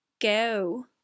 go